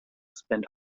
spend